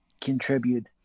contribute